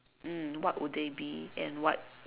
mm what would they be and what